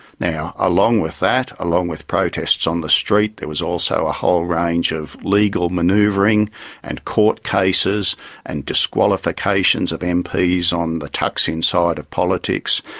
now, along with that, along with protests on the street there was also a whole range of legal manoeuvring and court cases and disqualifications of and mps on the thaksin side of politics,